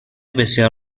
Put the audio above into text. بسیار